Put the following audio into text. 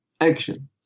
action